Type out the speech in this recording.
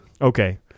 Okay